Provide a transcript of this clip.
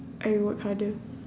I work harder